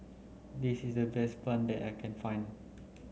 this is the best bun that I can find